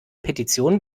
petition